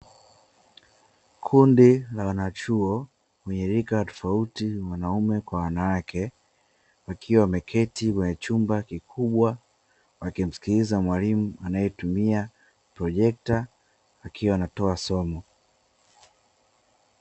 Kundi la wana chuo, wenye rika tofauti tofauti, wanaume kwa wanawake, wakiwa wameka chumba kikubwa wakimsikiliza mwalimu anayetumia projekta akiwa anatoa somo.